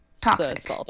Toxic